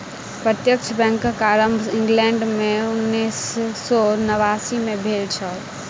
प्रत्यक्ष बैंकक आरम्भ इंग्लैंड मे उन्नैस सौ नवासी मे भेल छल